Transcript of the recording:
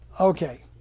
Okay